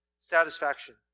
Satisfaction